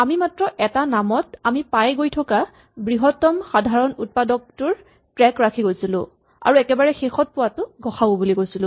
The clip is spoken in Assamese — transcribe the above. আমি মাত্ৰ এটা নামত আমি পাই গৈ থকা বৃহত্তম সাধাৰণ উৎপাদকটোৰ ট্ৰেক ৰাখি গৈছিলো আৰু একেবাৰে শেষত পোৱাটোক গ সা উ বুলি কৈছিলো